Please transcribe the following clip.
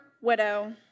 widow